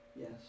Yes